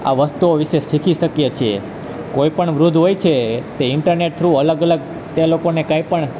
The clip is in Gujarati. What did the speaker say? આ વસ્તુઓ વિશે શીખી શકીએ છીએ કોઈપણ વૃદ્ધ હોય છે તે ઈન્ટરનેટ થ્રુ અલગ અલગ તે લોકોને કંઈપણ